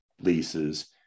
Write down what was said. leases